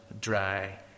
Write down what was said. dry